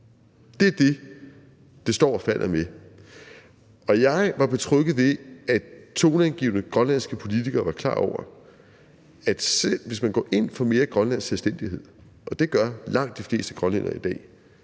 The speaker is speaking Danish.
Det er det, det står og falder med. Jeg var betrygget ved, at toneangivende grønlandske politikere var klar over, at selv hvis man går ind for mere grønlandsk selvstændighed, og det gør langt de fleste grønlændere i dag,